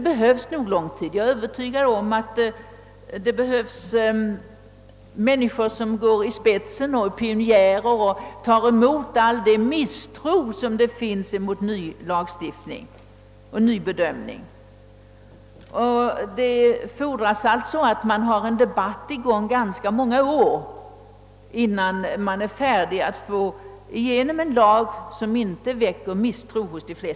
Jag är övertygad om att det behövs lång tid för människor som går i spetsen som pionjärer för att kämpa ner misstro som gör sig gällande mot nya lagar. Det krävs en debatt under många år innan man har miljö för en ny lag stiftning så att den får förtroende bland folk.